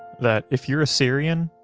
that if you're a syrian,